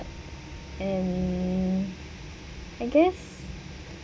and I guess